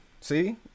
See